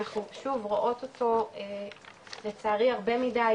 אנחנו שוב רואות אותו לצערי הרבה מדי,